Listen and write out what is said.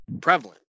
prevalent